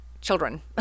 children